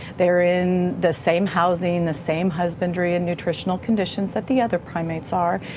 they're in the same housing, the same husbandry and nutritional conditions that the other primates are,